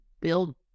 build